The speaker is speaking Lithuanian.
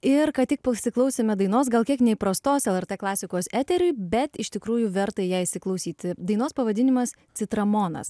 ir ką tik pasiklausėme dainos gal kiek neįprastos lrt klasikos eteriui bet iš tikrųjų verta į ją įsiklausyti dainos pavadinimas citramonas